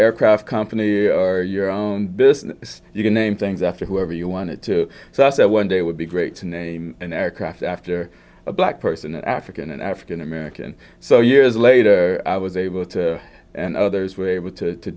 aircraft company are your own business you can name things after whoever you wanted to so i said one day would be great to name an aircraft after a black person african and african american so years later i was able to and others were able to